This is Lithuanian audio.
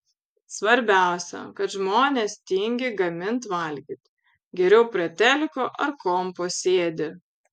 svarbiausia kad žmonės tingi gamint valgyt geriau prie teliko ar kompo sėdi